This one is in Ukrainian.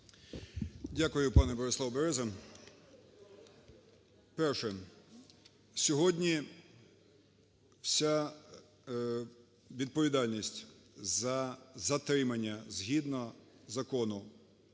Дякую, пане Борислав Береза. Перше. Сьогодні вся відповідальність за затримання згідно закону